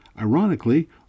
Ironically